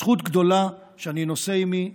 זכות גדולה שאני נושא עימי בגאווה.